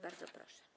Bardzo proszę.